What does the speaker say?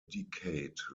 decade